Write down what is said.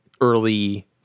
early